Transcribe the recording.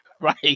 right